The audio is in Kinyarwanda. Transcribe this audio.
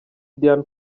dian